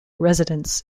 residents